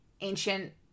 ancient